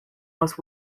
most